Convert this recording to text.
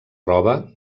roba